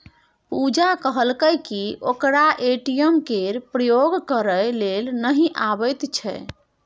पुजा कहलकै कि ओकरा ए.टी.एम केर प्रयोग करय लेल नहि अबैत छै